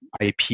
IP